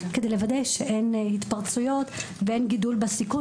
כדי לוודא שאין התפרצויות ואין גידול בסיכון